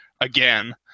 Again